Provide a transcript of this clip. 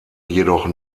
jedoch